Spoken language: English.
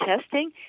testing